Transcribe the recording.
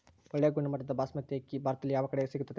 ಒಳ್ಳೆ ಗುಣಮಟ್ಟದ ಬಾಸ್ಮತಿ ಅಕ್ಕಿ ಭಾರತದಲ್ಲಿ ಯಾವ ಕಡೆ ಸಿಗುತ್ತದೆ?